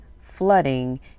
flooding